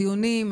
דיונים,